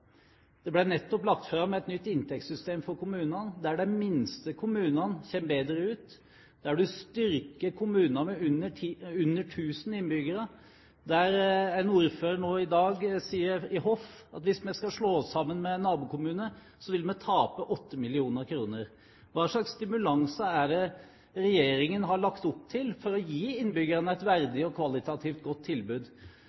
Det ble nettopp lagt fram et nytt inntektssystem for kommunene, der de minste kommunene kommer bedre ut, der man styrker kommunene med under 1 000 innbyggere. Ordføreren i Hof sier nå i dag at hvis de skal slå seg sammen med en nabokommune, vil de tape 8 mill. kr. Hva slags stimulanser er det regjeringen har lagt opp til for å gi innbyggerne et